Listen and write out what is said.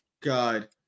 God